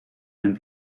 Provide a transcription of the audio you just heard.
and